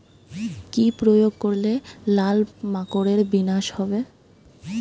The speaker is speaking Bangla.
কি প্রয়োগ করলে লাল মাকড়ের বিনাশ হবে?